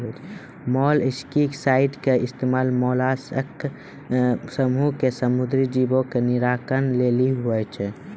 molluscicide के इस्तेमाल mollusc समूहो के समुद्री जीवो के निराकरण लेली होय छै